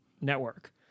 network